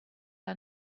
are